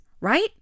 right